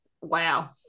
Wow